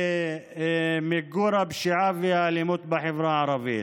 למיגור הפשיעה והאלימות בחברה הערבית.